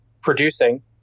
producing